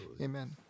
Amen